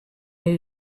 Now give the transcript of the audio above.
new